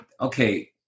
okay